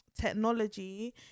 technology